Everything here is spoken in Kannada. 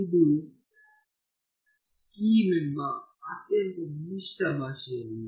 ಇದು ಸ್ಕೀಮ್ ಎಂಬ ಅತ್ಯಂತ ವಿಶಿಷ್ಟ ಭಾಷೆಯಾಗಿದೆ